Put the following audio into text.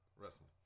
wrestling